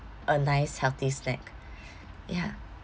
a nice healthy snack ya